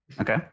okay